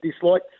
dislike